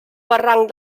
barranc